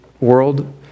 world